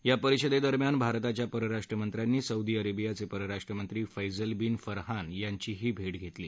या परिषदे दरम्यान भारताच्या परराष्ट्र मंत्र्यांनी सौदी अरेबियाचे परराष्ट्रमंत्री फैसल बिन फरहान यांचीही भेट घेतली